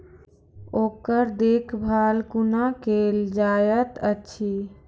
ओकर देखभाल कुना केल जायत अछि?